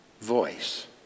voice